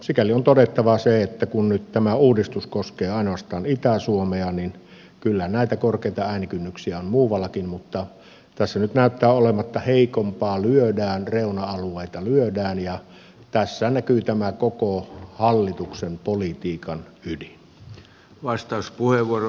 sikäli on todettava se että kun nyt tämä uudistus koskee ainoastaan itä suomea niin kyllä näitä korkeita äänikynnyksiä on muuallakin mutta tässä nyt näyttää olevan niin että heikompaa lyödään reuna alueita lyödään ja tässä näkyy tämä koko hallituksen politiikan ydin